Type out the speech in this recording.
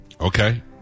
Okay